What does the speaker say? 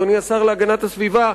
אדוני השר להגנת הסביבה,